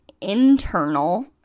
internal